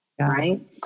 Right